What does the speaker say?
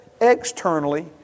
externally